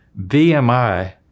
VMI